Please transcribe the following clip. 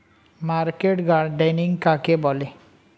Market gardening কাকে বলে?